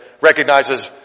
recognizes